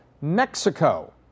Mexico